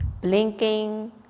Blinking